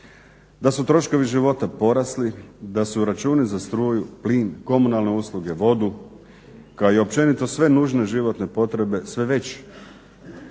da su troškovi života porasli, da su računi za struju, plin, komunalne usluge, vodu kao i općenito sve nužne životne potrebe sve veći.